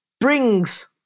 brings